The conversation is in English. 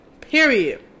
Period